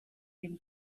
him